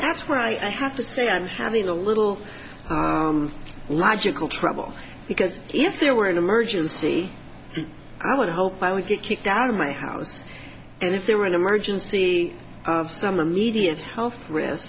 that's where i have to say i'm having a little logical trouble because if there were an emergency i would hope i would get kicked out of my house and if there were an emergency of some immediate health risk